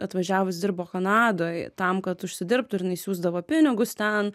atvažiavus dirbo kanadoj tam kad užsidirbtų ir siųsdavo pinigus ten